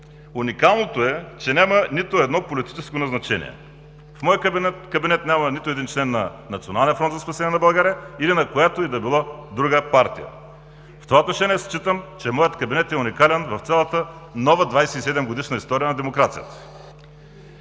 Уникалното е, че няма нито едно политическо назначение. В моя кабинет няма нито един член на Националния фронт за спасение на България или на която и да било друга партия. В това отношение считам, че моят кабинет е уникален в цялата нова 27-годишна история на демокрацията.